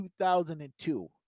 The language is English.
2002